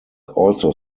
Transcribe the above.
also